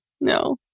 No